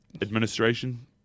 administration